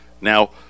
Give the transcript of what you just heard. Now